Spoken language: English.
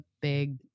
big